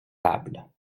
tables